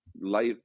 life